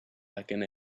looking